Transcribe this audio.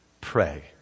Pray